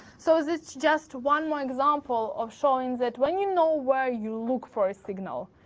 so this just one more example of showing that when you know where you look for a signal,